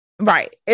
Right